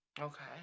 Okay